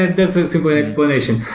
there's a simple explanation.